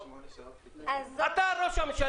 אבל הוא משרד ראש הממשלה.